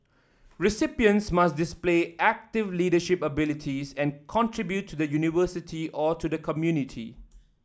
recipients must display active leadership abilities and contribute to the University or to the community